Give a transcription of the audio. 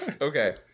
Okay